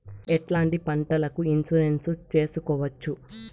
ఎట్లాంటి పంటలకు ఇన్సూరెన్సు చేసుకోవచ్చు?